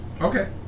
Okay